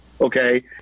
Okay